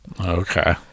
Okay